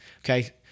okay